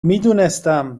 میدونستم